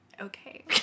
okay